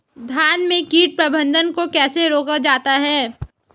धान में कीट प्रबंधन को कैसे रोका जाता है?